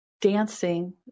dancing